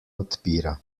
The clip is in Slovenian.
odpira